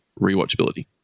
rewatchability